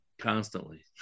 Constantly